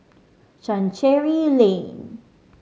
Chancery Lane